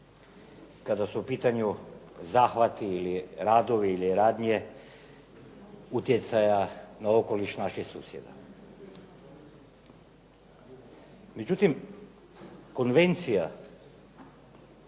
kada su u pitanju zahvati ili radovi ili radnje utjecaja na okoliš naših susjeda. Međutim, konvencija